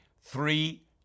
three